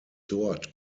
dort